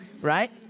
right